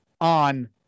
on